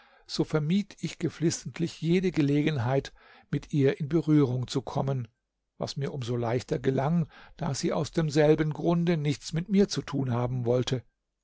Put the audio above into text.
so vermied ich geflissentlich jede gelegenheit mit ihr in berührung zu kommen was mir um so leichter gelang da sie aus demselben grunde nichts mit mir zu tun haben wollte